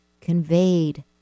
conveyed